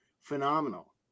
phenomenal